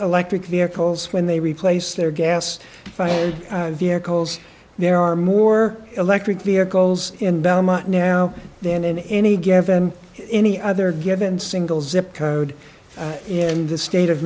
electric vehicles when they replace their gas vehicles there are more electric vehicles in belmont now than in any given any other given single zip code in the state of